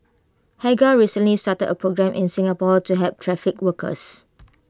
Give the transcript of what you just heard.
hagar recently started A programme in Singapore to help trafficked workers